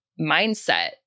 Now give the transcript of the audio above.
mindset